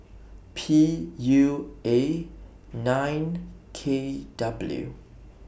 P U A nine K W